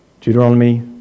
Deuteronomy